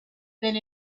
than